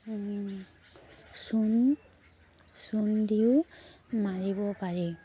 চূণ চূণ দিও মাৰিব পাৰি